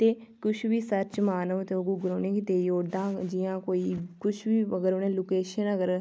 ते किश बी सर्च मारो ते ओह् गूगल उ'नें गी देई ओड़दा जि'यां कोई कुछ बी अगर उ'नें लोकेशन अगर